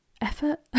effort